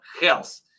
health